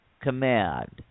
command